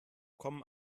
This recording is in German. kommen